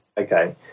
Okay